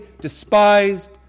despised